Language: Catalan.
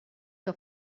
que